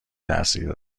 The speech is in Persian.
تاثیر